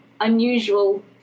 unusual